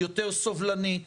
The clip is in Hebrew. יותר סובלנית,